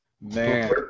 Man